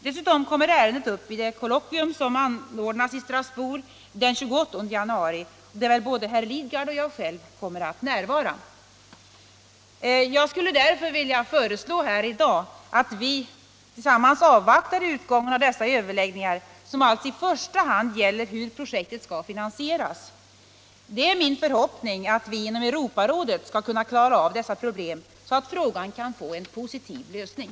Dessutom kommer ärendet upp vid det kollokvium som anordnas i Strasbourg den 28 januari, där väl både herr Lidgard och jag själv kommer att närvara. Jag skulle därför vilja föreslå att vi tillsammans avvaktar utgången av dessa överläggningar, som alltså i första hand gäller hur projektet skall finansieras. Det är min förhoppning att vi inom Europarådet skall kunna klara av dessa problem så att frågan kan få en positiv lösning.